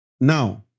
Now